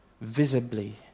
visibly